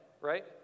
right